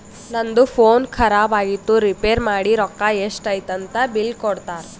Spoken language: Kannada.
ನಂದು ಫೋನ್ ಖರಾಬ್ ಆಗಿತ್ತು ರಿಪೇರ್ ಮಾಡಿ ರೊಕ್ಕಾ ಎಷ್ಟ ಐಯ್ತ ಅಂತ್ ಬಿಲ್ ಕೊಡ್ತಾರ್